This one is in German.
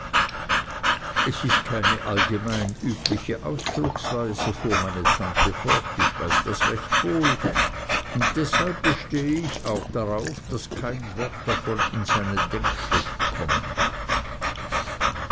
es ist keine allgemein übliche ausdrucksweise fuhr meine tante fort ich weiß das recht wohl und deshalb bestehe ich auch darauf daß kein wort davon in seine denkschrift kommen darf